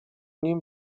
nim